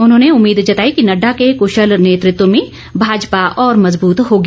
उन्होंने उम्मीद जताई कि नड्डा के क्शल नेतृत्व में भाजपा और मजबूत होगी